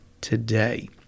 today